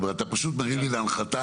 אתה פשוט מרים לי להנחתה.